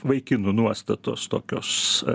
vaikinų nuostatos tokios